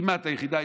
כמעט היחידה.